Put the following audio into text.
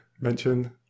mention